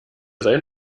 sein